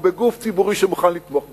ובגוף ציבורי שמוכן לתמוך בזה.